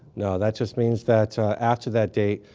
no, that just means that ah after that date,